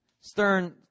Stern